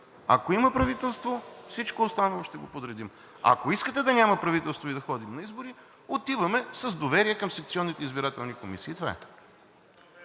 Ако има правителство, всичко останало ще го подредим. Ако искате да няма правителство и да ходим на избори, отиваме с доверие към секционните избирателни комисии и това е.